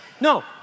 No